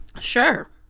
Sure